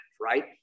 right